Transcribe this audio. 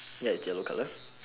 ya it's yellow colour